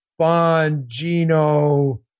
Bongino